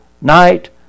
night